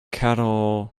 cattle